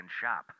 shop